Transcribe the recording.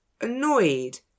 annoyed